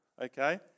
okay